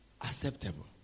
acceptable